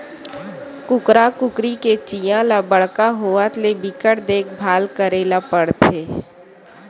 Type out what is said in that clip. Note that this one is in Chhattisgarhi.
कुकरा कुकरी के चीया ल बड़का होवत ले बिकट देखभाल करे ल परथे